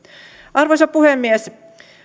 arvoisa puhemies